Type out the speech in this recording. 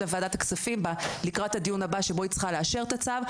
לוועדת הכספים לקראת הדיון הבא שבו היא צריכה לאשר את הצו,